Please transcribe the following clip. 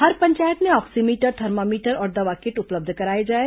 हर पंचायत में oximeter thermometer और दवा किट उपलब्ध कराया जाए